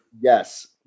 Yes